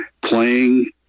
playing